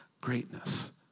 greatness